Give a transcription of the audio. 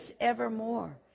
evermore